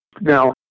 Now